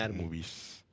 movies